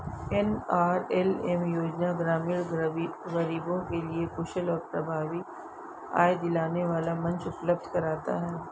NRLM योजना ग्रामीण गरीबों के लिए कुशल और प्रभावी आय दिलाने वाला मंच उपलब्ध कराता है